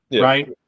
right